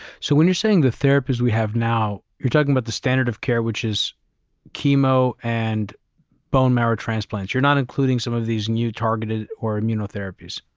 so when you're saying the therapist we have now, you're talking about the standard of care, which is chemo and bone marrow transplants. you're not including some of these new targeted or immunotherapies?